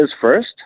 first